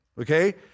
okay